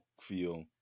feel